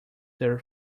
their